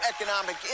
economic